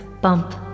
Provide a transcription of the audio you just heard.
bump